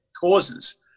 causes